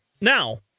now